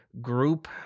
group